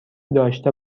داشته